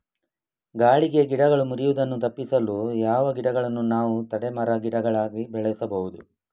ಗಾಳಿಗೆ ಗಿಡಗಳು ಮುರಿಯುದನ್ನು ತಪಿಸಲು ಯಾವ ಗಿಡಗಳನ್ನು ನಾವು ತಡೆ ಮರ, ಗಿಡಗಳಾಗಿ ಬೆಳಸಬಹುದು?